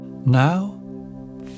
Now